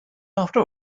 after